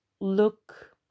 look